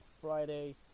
Friday